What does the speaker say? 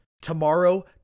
Tomorrow